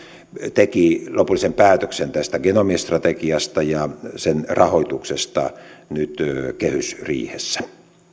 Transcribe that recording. teki lopullisen päätöksen tästä genomistrategiasta ja sen rahoituksesta nyt kehysriihessä